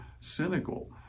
cynical